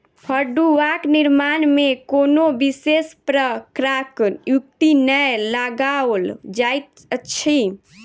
फड़ुआक निर्माण मे कोनो विशेष प्रकारक युक्ति नै लगाओल जाइत अछि